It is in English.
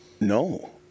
no